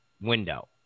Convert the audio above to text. window